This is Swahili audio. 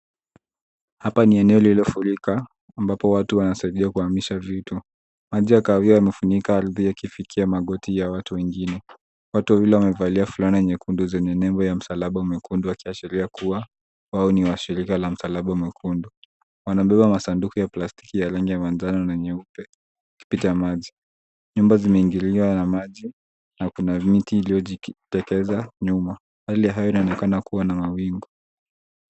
Hapa ni eneo lililofurika ambapo watu wanasaidia kuhamisha vitu. Maji ya kahawia yamefunika ardhi yakifikia magoti ya watu wengine. Watu wawili wamevalia fulana nyekundu zenye nembo ya msalaba mwekundu wakiashiria kuwa wao ni wa shirika la msalaba mwekundu. Wanabeba masanduku ya plastiki ya rangi ya manjano na nyeupe wakipita maji. Nyumba zimeingiliwa na maji na kuna miti iliyojitekeza nyuma. Hali ya hewa inaonekana kuwa na mawingu.